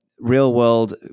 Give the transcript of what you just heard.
real-world